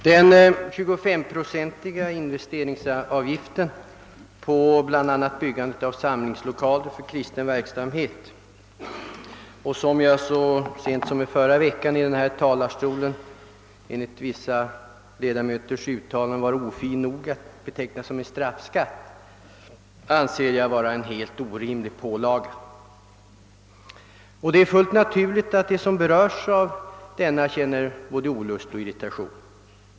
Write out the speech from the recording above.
Den 25-procentiga investeringsavgiften på bl.a. byggande av samlingslokaler för kristen verksamhet som jag så sent som i förra veckan från denna talarstol enligt vissa ledamöters uttalanden var »ofin» nog att beteckna som en straffskatt — anser jag vara en helt orimlig pålaga. Det är fullt naturligt att de som berörs av den känner både olust och irritation.